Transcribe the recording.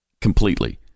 completely